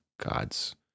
God's